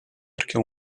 perché